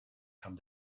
come